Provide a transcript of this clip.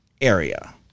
area